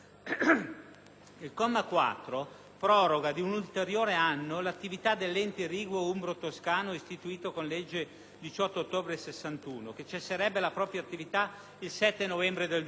Il comma 4 proroga di un ulteriore anno l'attività dell'Ente irriguo umbro-toscano, istituito con legge 18 ottobre 1961, n. 1048, che cesserebbe la propria attività il 7 novembre 2008,